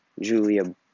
Julia